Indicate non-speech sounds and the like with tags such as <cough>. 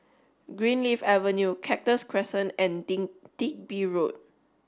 Greenleaf Avenue Cactus Crescent and <unintelligible> Digby Road